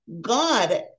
God